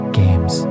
games